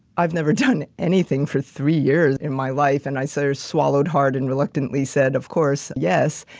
i've never done anything for three years in my life and i say swallowed hard and reluctantly said, of course, yes,